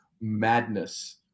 madness